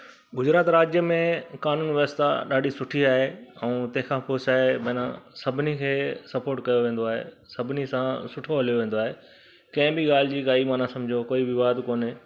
गुजरात राज्य में कानून व्यवस्था ॾाढी सुठी आहे ऐं तंहिं खां पोइ छा आहे माना सभिनी खे सपोट कयो वेंदो आहे सभिनी सां सुठो हलियो वेंदो आहे कंहिं बि ॻाल्हि जी काई माना समुझो कोई विवाद कोन्हे